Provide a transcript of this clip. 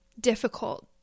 difficult